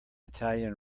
italian